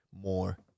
more